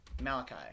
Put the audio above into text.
Malachi